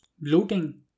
bloating